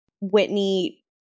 Whitney